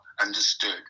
understood